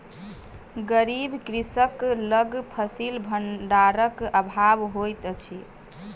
गरीब कृषक लग फसिल भंडारक अभाव होइत अछि